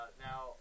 Now